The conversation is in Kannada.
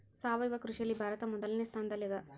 ಸಾವಯವ ಕೃಷಿಯಲ್ಲಿ ಭಾರತ ಮೊದಲನೇ ಸ್ಥಾನದಲ್ಲಿ ಅದ